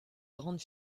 grandes